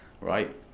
right